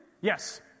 Yes